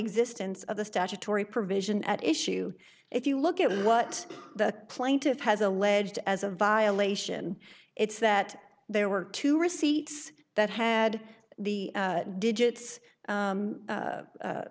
existence of the statutory provision at issue if you look at what the plaintiff has alleged as a violation it's that there were two receipts that had the digits